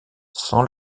sans